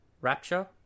Rapture